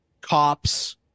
cops